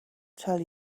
tell